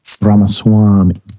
Ramaswamy